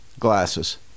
Glasses